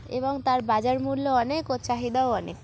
এবং তার বাজার মূল্য অনেক ও চাহিদাও অনেক